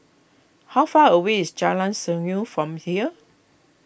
how far away is Jalan Senyum from here